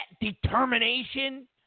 determination